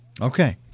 Okay